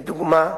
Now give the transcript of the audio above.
לדוגמה,